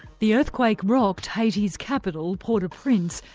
the earthquake rocked haiti's capital, port au prince,